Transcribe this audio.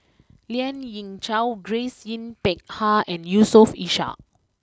Lien Ying Chow Grace Yin Peck Ha and Yusof Ishak